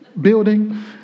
building